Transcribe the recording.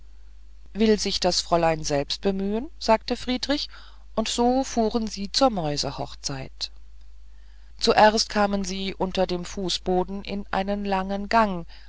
will sich das fräulein selbst bemühen sagte friedrich und so fuhren sie zur mäusehochzeit zuerst kamen sie unter dem fußboden in einen langen gang